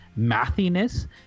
mathiness